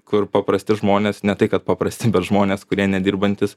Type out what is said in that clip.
kur paprasti žmonės ne tai kad paprasti bet žmonės kurie nedirbantys